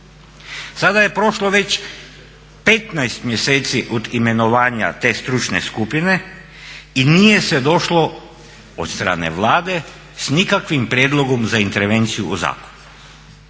Sada je prošlo već 15 mjeseci od imenovanja te stručne skupine i nije se došlo od strane Vlade s nikakvim prijedlogom za intervenciju o zakonu,